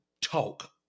talk